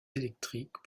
électriques